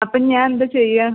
അപ്പം ഞാനെന്താ ചെയ്യാ